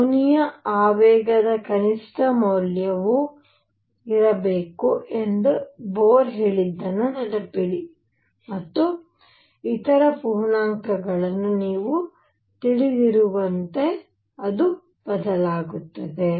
ಕೋನೀಯ ಆವೇಗದ ಕನಿಷ್ಠ ಮೌಲ್ಯವು ಇರಬೇಕು ಎಂದು ಬೊರ್ ಹೇಳಿದ್ದನ್ನು ನೆನಪಿಡಿ ಮತ್ತು ಇತರ ಪೂರ್ಣಾಂಕಗಳನ್ನು ನೀವು ತಿಳಿದಿರುವಂತೆ ಅದು ಬದಲಾಗುತ್ತದೆ